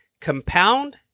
compound